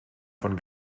von